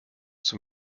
zum